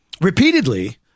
repeatedly